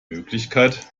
möglichkeit